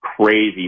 crazy